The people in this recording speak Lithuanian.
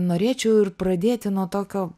norėčiau ir pradėti nuo tokio